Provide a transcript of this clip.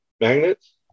magnets